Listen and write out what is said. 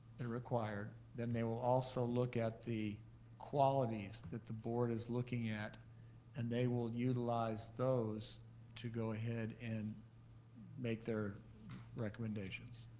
that are required, then they will also look at the qualities that the board is looking at and they will utilize those to go ahead and make their recommendations.